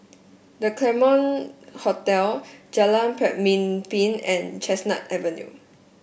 The Claremont Hotel Jalan Pemimpin and Chestnut Avenue